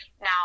Now –